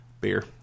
Beer